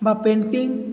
ବା ପେଣ୍ଟିଙ୍ଗ